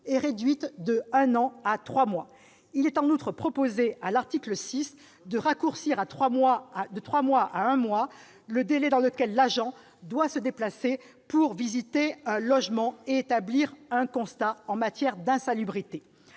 est réduite d'un an à trois mois. Il est en outre proposé à l'article 6 de raccourcir de trois mois à un mois le délai dans lequel l'agent doit se déplacer pour visiter un logement aux fins d'établir un constat en matière d'insalubrité.